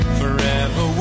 forever